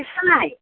नोंस्रालाय